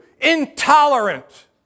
Intolerant